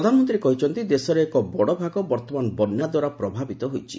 ପ୍ରଧାନମନ୍ତ୍ରୀ କହିଛନ୍ତି ଦେଶର ଏକ ବଡ଼ ଭାଗ ବର୍ତ୍ତମାନ ବନ୍ୟାଦ୍ୱାରା ପ୍ରଭାବିତ ହୋଇଛି